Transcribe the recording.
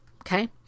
Okay